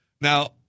Now